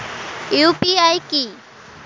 UPI কি?